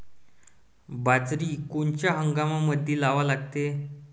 बाजरी कोनच्या हंगामामंदी लावा लागते?